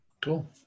Cool